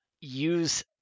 use